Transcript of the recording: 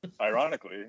ironically